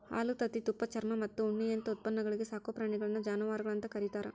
ಹಾಲು, ತತ್ತಿ, ತುಪ್ಪ, ಚರ್ಮಮತ್ತ ಉಣ್ಣಿಯಂತ ಉತ್ಪನ್ನಗಳಿಗೆ ಸಾಕೋ ಪ್ರಾಣಿಗಳನ್ನ ಜಾನವಾರಗಳು ಅಂತ ಕರೇತಾರ